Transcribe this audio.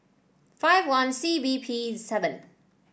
five one C B P seven